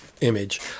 image